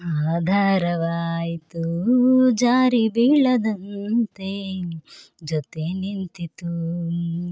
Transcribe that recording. ಆಧಾರವಾಯಿತು ಜಾರಿ ಬೀಳದಂತೆ ಜೊತೆ ನಿಂತಿತು